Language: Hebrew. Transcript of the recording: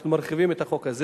אנחנו מרחיבים את החוק הזה.